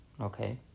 okay